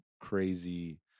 crazy